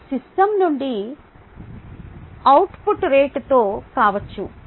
ఇది సిస్టమ్ నుండి rout రేటుతో అవుట్పుట్ కావచ్చు